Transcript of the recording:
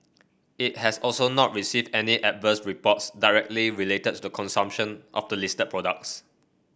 it has also not received any adverse reports directly related to consumption of the listed products